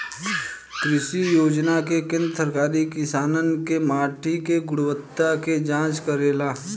कृषि योजना से केंद्र सरकार किसानन के माटी के गुणवत्ता के जाँच करेला